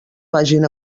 vagin